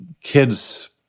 kids